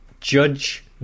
Judge